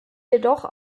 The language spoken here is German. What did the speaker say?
jedoch